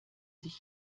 sich